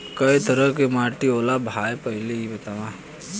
कै तरह के माटी होला भाय पहिले इ बतावा?